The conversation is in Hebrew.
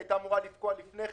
היא הייתה אמורה לפקוע לפני כן,